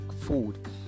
food